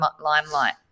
limelight